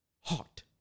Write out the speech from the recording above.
hot